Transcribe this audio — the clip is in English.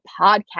podcast